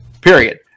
Period